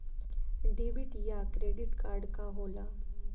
Debit या credit card का होला?